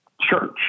church